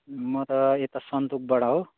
म त यता सन्तुकबाट हो